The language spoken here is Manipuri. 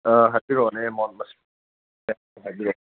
ꯑꯥ ꯍꯥꯏꯕꯤꯔꯛꯑꯣꯅꯦ ꯑꯦꯃꯥꯎꯟ ꯃꯁꯤꯡ ꯀꯌꯥꯅꯣ ꯍꯥꯏꯕꯤꯔꯛꯑꯣ